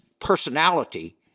personality